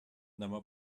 demà